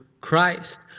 Christ